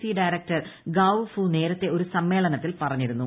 C director Gao Fu നേരത്തെ ഒരു സമ്മേളനത്തിൽ പറഞ്ഞിരുന്നു